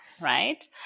right